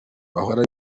bahora